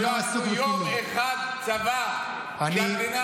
שלא עשו יום אחד צבא -- אל תכניס לי דברים לפה.